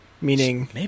Meaning